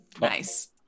nice